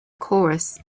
chorus